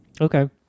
Okay